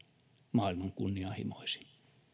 maailman kunnianhimoisin